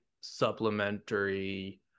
supplementary